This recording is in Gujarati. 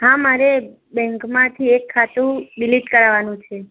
હા મારે બૅન્કમાંથી એક ખાતું ડિલીટ કરવાનું છે